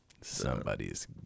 Somebody's